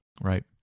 Right